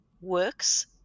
works